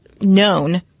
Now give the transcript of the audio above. known